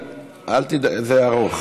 זה ארוך,